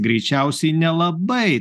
greičiausiai nelabai